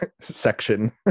section